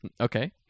Okay